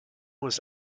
was